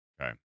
Okay